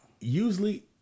usually